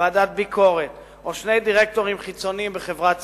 ועדת ביקורת או שני דירקטורים חיצוניים בחברה ציבורית,